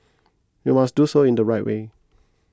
we must do so in the right way